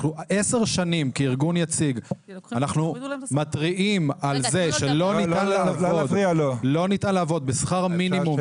אנחנו עשר שנים כארגון יציג מתריעים על זה שלא ניתן לעבוד בשכר מינימום,